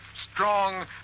Strong